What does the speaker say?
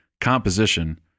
composition